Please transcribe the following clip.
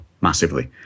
massively